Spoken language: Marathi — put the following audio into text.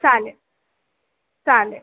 चालेल चालेल